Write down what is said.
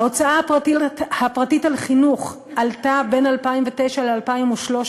ההוצאה הפרטית על חינוך עלתה בין 2009 ל-2013